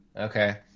Okay